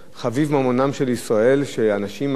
שאנשים משקיעים בארץ,